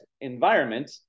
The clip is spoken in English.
environment